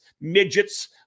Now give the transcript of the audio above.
midgets